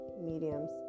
mediums